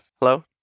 Hello